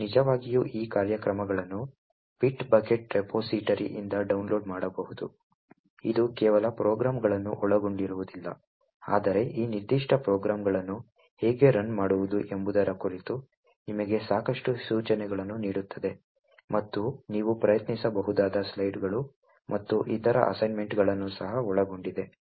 ನೀವು ನಿಜವಾಗಿಯೂ ಈ ಕಾರ್ಯಕ್ರಮಗಳನ್ನು ಬಿಟ್ ಬಕೆಟ್ ರೆಪೊಸಿಟರಿಯಿಂದ ಡೌನ್ಲೋಡ್ ಮಾಡಬಹುದು ಇದು ಕೇವಲ ಪ್ರೋಗ್ರಾಂಗಳನ್ನು ಒಳಗೊಂಡಿರುವುದಿಲ್ಲ ಆದರೆ ಈ ನಿರ್ದಿಷ್ಟ ಪ್ರೋಗ್ರಾಂಗಳನ್ನು ಹೇಗೆ ರನ್ ಮಾಡುವುದು ಎಂಬುದರ ಕುರಿತು ನಿಮಗೆ ಸಾಕಷ್ಟು ಸೂಚನೆಗಳನ್ನು ನೀಡುತ್ತದೆ ಮತ್ತು ನೀವು ಪ್ರಯತ್ನಿಸಬಹುದಾದ ಸ್ಲೈಡ್ಗಳು ಮತ್ತು ಇತರ ಅಸೈನ್ಮೆಂಟ್ಗಳನ್ನು ಸಹ ಒಳಗೊಂಡಿದೆ